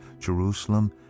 Jerusalem